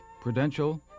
Prudential